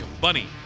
bunny